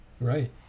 Right